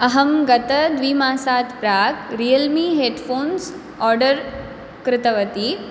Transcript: अहं गतद्विमासात् प्राक् Realme headphones order कृतवती